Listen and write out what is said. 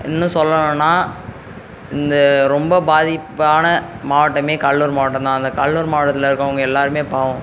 இன்னும் சொல்லணுனா இந்த ரொம்ப பாதிப்பான மாவட்டமே கடலூர் மாவட்டம் தான் அந்த கடலூர் மாவட்டத்தில் இருக்கறவங்க எல்லோருமே பாவம்